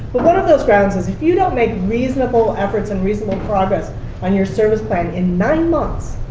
well, one of those grounds is, if you don't make reasonable efforts and reasonable progress on your service plan in nine months,